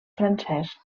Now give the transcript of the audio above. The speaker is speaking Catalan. francès